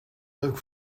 leuk